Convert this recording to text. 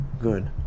Good